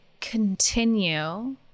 continue